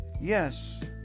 Yes